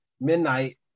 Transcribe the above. midnight